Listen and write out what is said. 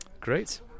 great